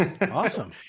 Awesome